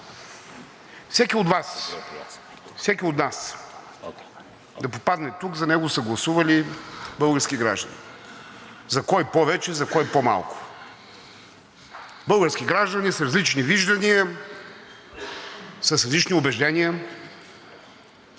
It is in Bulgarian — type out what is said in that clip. Всеки от Вас, всеки от нас да попадне тук, за него са гласували български граждани – за кого повече, за кого по-малко, с различни виждания, с различни убеждения,